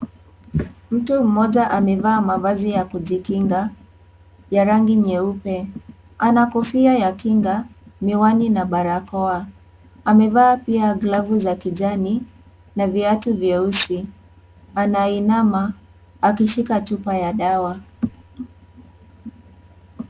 Mtu mmoja amevaa mavazi ya kujikinga ya rangi nyeupe ana kofia ya kinga, miwani na barakoa. Amevaa pia glavu za kijani na viatu vyeusi anainama akishika chupa ya dawa.